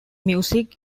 music